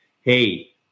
Hey